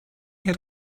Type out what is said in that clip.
had